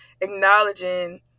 acknowledging